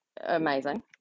Amazing